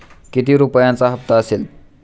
किती रुपयांचा हप्ता असेल?